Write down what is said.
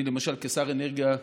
אני, למשל, כשר אנרגיה,